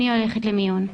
אני הולכת למיון.